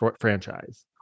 franchise